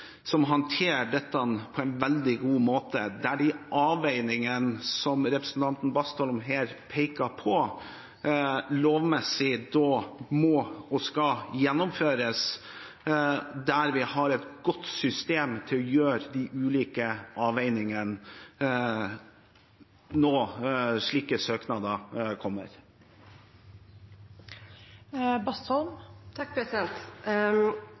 som håndterer dette på en veldig god måte, der de avveiningene som representanten Bastholm her peker på, lovmessig må og skal gjennomføres – at vi har et godt system til å gjøre de ulike avveiningene når slike søknader kommer.